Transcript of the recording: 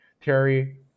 Terry